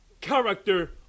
character